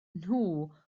nhw